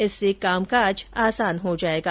इससे कामकाज आसान हो जायेगा